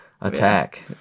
attack